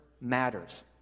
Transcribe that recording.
matters